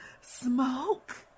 smoke